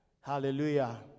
Hallelujah